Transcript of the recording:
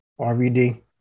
RVD